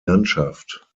landschaft